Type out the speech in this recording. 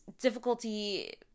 difficulty